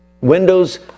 Windows